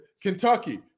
Kentucky